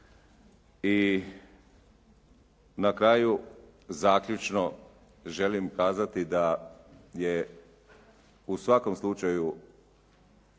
I na kraju zaključno želim kazati da je u svakom slučaju